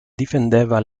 difendeva